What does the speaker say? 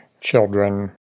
children